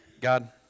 God